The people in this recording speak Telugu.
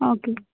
ఓకే